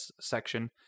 section